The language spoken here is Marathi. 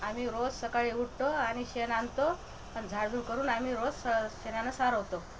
आम्ही रोज सकाळी उठतो आणि शेण आणतो आणि झाडू करून आम्ही रोज स शेणानं सारवतो